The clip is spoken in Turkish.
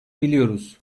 biliyoruz